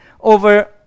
over